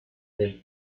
del